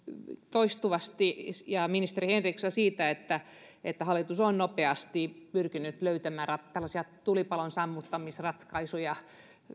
toistuvasti ja ministeri henrikssonia siitä että että hallitus on nopeasti pyrkinyt löytämään tällaisia tulipalonsammuttamisratkaisuja